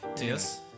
Yes